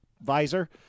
visor